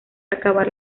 acabar